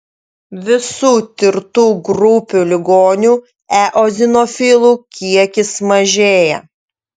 visų tirtų grupių ligonių eozinofilų kiekis mažėja